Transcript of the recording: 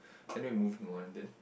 any moving on and then